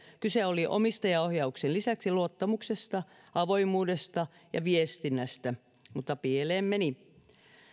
kyse oli omistajaohjauksen lisäksi luottamuksesta avoimuudesta ja viestinnästä mutta pieleen meni